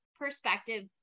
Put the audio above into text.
perspective